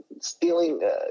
stealing